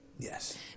yes